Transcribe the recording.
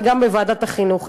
וגם חברה בוועדת החינוך.